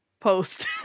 post